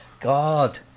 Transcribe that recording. God